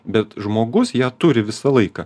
bet žmogus ją turi visą laiką